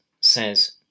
says